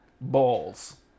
Balls